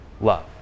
Love